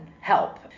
help